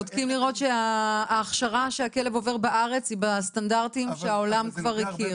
בודקים לראות שההכשרה שהכלב עובר בארץ היא בסטנדרטים שהעולם כבר הכיר.